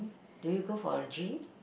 do you go for the gym